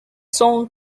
song